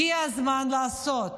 הגיע הזמן לעשות,